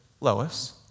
Lois